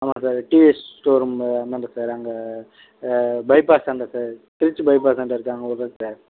ஆமாம் sir TVS showroom அந்தாண்ட இருக்குதுல சார் அங்கே பைபாஸ்ஸாண்ட சார் திருச்சி பைபாஸ்ஸாண்ட இருக்குது அங்கே விட்றேன் சார்